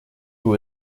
who